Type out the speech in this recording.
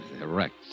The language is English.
erect